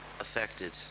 affected